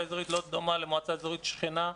אזורית לא דומה למועצה אזורית שכנה.